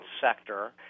sector